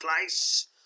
place